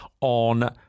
on